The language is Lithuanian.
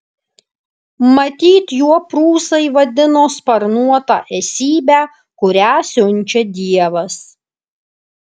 matyt juo prūsai vadino sparnuotą esybę kurią siunčia dievas